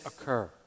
occur